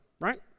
right